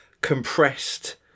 compressed